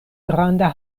granda